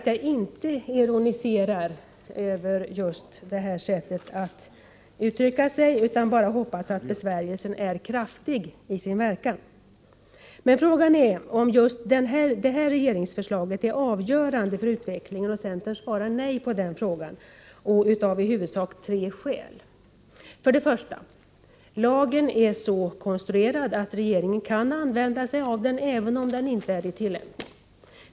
Jag ironiserar inte över detta sätt att uttrycka sig, utan hoppas bara att besvärjelsen är kraftig i sin verkan. Frågan är om just detta regeringsförslag är avgörande för inflationsutvecklingen. Centerns svar på den frågan är nej, av i huvudsak tre skäl. För det första: Lagen är så konstruerad att regeringen kan använda sig av den, även om den inte är i tillämpning.